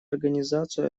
организацию